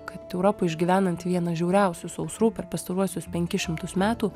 kad europai išgyvenant vieną žiauriausių sausrų per pastaruosius penkis šimtus metų